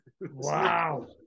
Wow